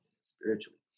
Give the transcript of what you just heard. spiritually